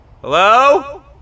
Hello